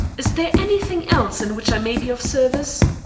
is there anything else in which i may be of service?